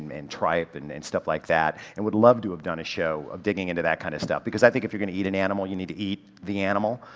um and tripe and and stuff like that and would love to have done a show digging into that kind of stuff, because i think if you're gonna eat an animal you need to eat the animal.